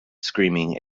screaming